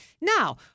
Now